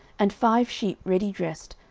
and five sheep ready dressed,